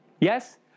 Yes